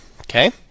Okay